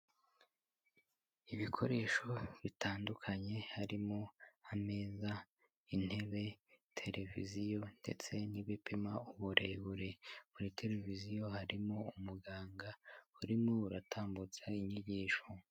Ibikoresho bitandukanye harimo ameza, intebe, televiziyo ndetse n'ibipima uburebure, kuri televiziyo harimo umuganga urimo uratambutsa inyigisho.